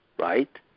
right